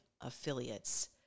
affiliates